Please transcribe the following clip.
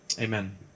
Amen